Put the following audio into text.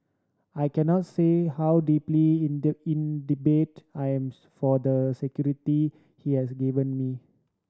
I cannot say how deeply indebted I am for the security he has given me